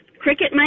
cricket